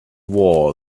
war